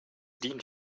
dient